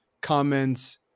comments